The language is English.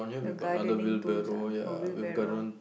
the gardening tools ah or wheelbarrow